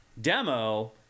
demo